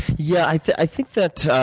yeah i i think that